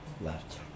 left